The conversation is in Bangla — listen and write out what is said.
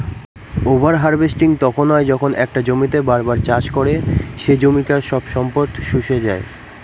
ওভার হার্ভেস্টিং তখন হয় যখন একটা জমিতেই বার বার চাষ করে সে জমিটার সব সম্পদ শুষে যাই